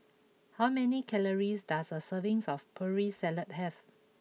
how many calories does a serving of Putri Salad have